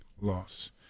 Loss